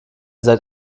seid